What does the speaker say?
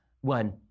One